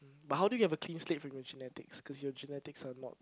but how do you have clean slate from your genetics cause your genetics are not